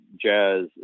jazz